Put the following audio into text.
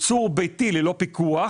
לשמש כמוצר גמילה עבור מעשנים ולהימכר בפיקוח